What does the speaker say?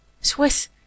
Swiss